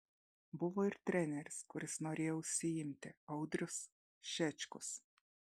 buvo ir treneris kuris norėjo užsiimti audrius šečkus